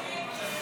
לוועדה